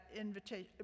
invitation